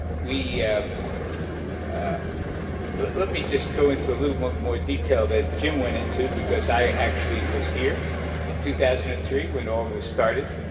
ah let me just go into a little more more detail than jim went into because i actually was here in two thousand and three, when all this started,